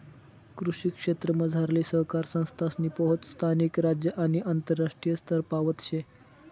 कृषी क्षेत्रमझारली सहकारी संस्थासनी पोहोच स्थानिक, राज्य आणि आंतरराष्ट्रीय स्तरपावत शे